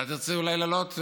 אתה תרצה אולי לעלות?